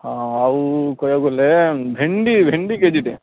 ହଁ ଆଉ କହିବାକୁ ଗଲେ ଭେଣ୍ଡି ଭେଣ୍ଡି କେଜିଟେ